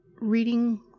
reading